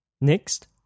Next